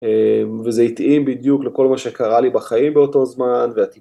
וזה התאים בדיוק לכל מה שקרה לי בחיים באותו זמן.